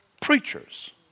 preachers